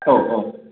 औ औ